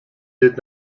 did